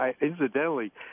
Incidentally